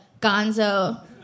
Gonzo